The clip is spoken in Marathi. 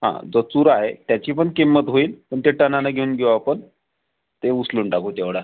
हा जो चुरा आहे त्याची पण किंमत होईल पण ते टनानं घेऊन घेऊ आपण ते उचलून टाकू तेवढा